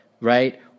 right